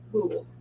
Google